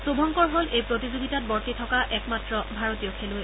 শুভঙ্কৰ হল এই প্ৰতিযোগিতাত বৰ্তি থকা একমাত্ৰ ভাৰতীয় খেলুৱৈ